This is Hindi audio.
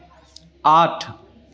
आठ